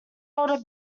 older